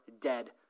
dead